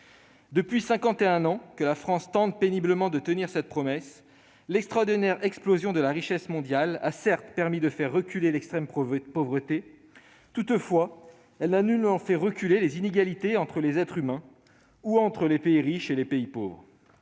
et un ans que la France tente péniblement de tenir cette promesse, l'extraordinaire explosion de la richesse mondiale a permis de faire reculer l'extrême pauvreté. Toutefois, elle n'a nullement réduit les inégalités entre les êtres humains ou entre les pays riches et les pays pauvres.